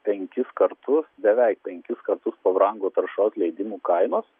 penkis kartus beveik penkis kartus pabrango taršos leidimų kainos